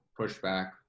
pushback